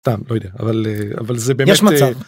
אבל אבל זה באמת.